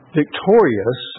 victorious